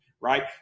right